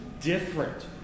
different